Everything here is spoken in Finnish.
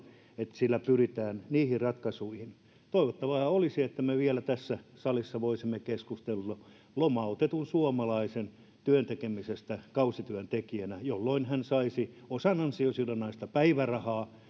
että sillä pyritään niihin ratkaisuihin toivottavaa olisi että me vielä tässä salissa voisimme keskustella lomautetun suomalaisen työn tekemisestä kausityöntekijänä jolloin hän saisi osan ansiosidonnaista päivärahaa